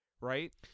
right